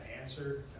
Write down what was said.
answer